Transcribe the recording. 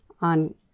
on